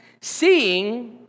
seeing